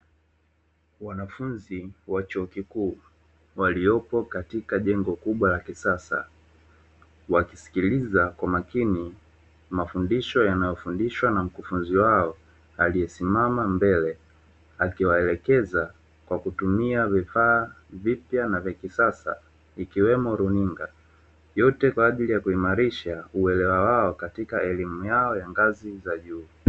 Wanafunzi wa chuo kikuu waliopo katika jengo kubwa la kisasa, wakisikiliza kwa makini mafundisho yanayofundishwa na mkufunzi wao; aliyesimama mbele akiwaelekeza kwa kutumia vifaa vipya na vya kisasa, ikiwemo runinga; yote kwa ajili ya kuimarisha uelewa wao katika elimu yao ya ngazi za juu.